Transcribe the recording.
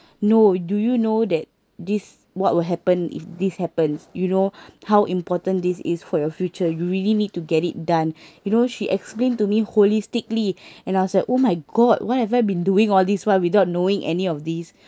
no do you know that this what will happen if this happen you know how important this is for your future you really need to get it done you know she explained to me holistically and I was like oh my god what have I been doing all this while without knowing any of these